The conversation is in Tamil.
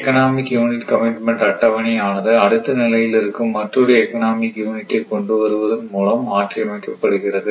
எக்கனாமிக் யூனிட் கமிட்மெண்ட் அட்டவணை ஆனது அடுத்த நிலையில் இருக்கும் மற்றொரு எக்கனாமிக் யூனிட்டை கொண்டு வருவதன் மூலம் மாற்றி அமைக்கப்படுகிறது